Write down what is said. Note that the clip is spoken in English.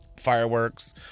fireworks